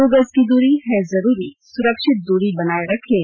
दो गज की दूरी है जरूरी सुरक्षित दूरी बनाए रखें